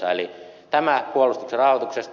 eli tämä puolustuksen rahoituksesta